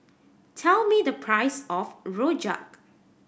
tell me the price of rojak